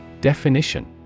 Definition